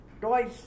twice